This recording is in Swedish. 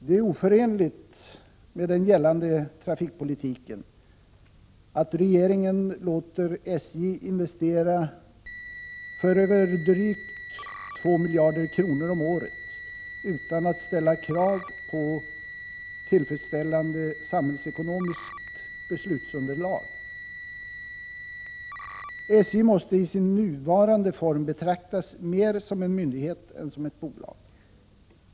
Det är oförenligt med den gällande trafikpolitiken att regeringen låter SJ investera för över 2 miljarder kronor om året utan att ställa krav på ett tillfredsställande samhällsekonomiskt beslutsunderlag. SJ måste i sin nuvarande form betraktas mer som en myndighet än som ett bolag.